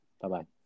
bye-bye